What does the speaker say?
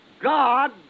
God